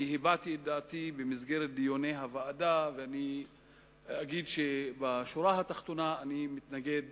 הבעתי את דעתי במסגרת דיוני הוועדה ואני אגיד שבשורה התחתונה אני מתנגד